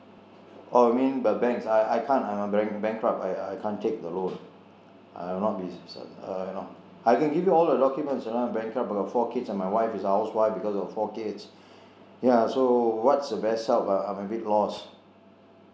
oh you mean by banks I I can't I am a bank~ bankrupt I I can't take the loan I will not be uh you know I can give you all the documents you know I am bankrupt I got four kids and my wife is a housewife because I got four kids ya so what's the best help uh I am a bit lost